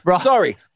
Sorry